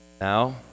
Now